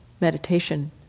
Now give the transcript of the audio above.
meditation